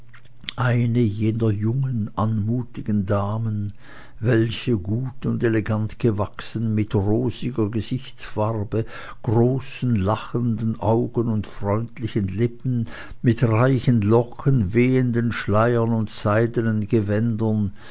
eine jener jungen anmutigen damen welche gut und elegant gewachsen mit rosiger gesichtsfarbe großen lachenden augen und freundlichen lippen mit reichen locken wehenden schleiern und seidenen gewändern